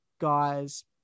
guys